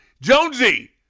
Jonesy